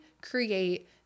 create